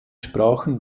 sprachen